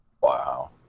Wow